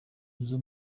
n’izo